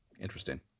interesting